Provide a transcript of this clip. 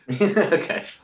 Okay